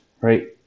right